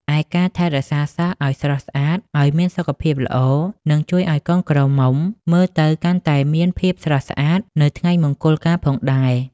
ឯការថែរក្សាសក់អោយស្រស់ស្អាតអោយមានសុខភាពល្អ នឹងជួយឱ្យកូនក្រមុំមើលទៅកាន់តែមានភាពស្រស់ស្អាតនៅថ្ងៃមង្គលការផងដែរ ។